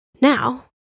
Now